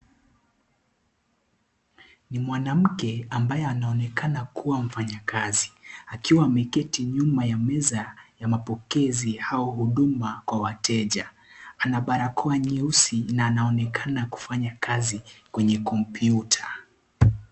Ni mwanamke ambaye anaonekana kuwa mfanyikazi. Akiwa ameketi nyuma ya meza ya mapokezi au huduma kwa wateja. Ana barakoa nyeusi na anaoneka kufanya kazi kwenye kompyuta.